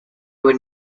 would